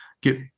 get